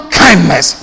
kindness